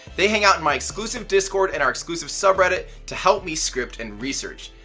they hang out in my exclusive discord and our exclusive subreddit, to help me script and research.